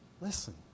listen